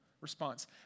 response